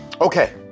Okay